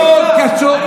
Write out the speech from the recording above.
מה קשור?